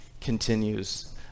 continues